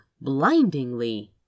blindingly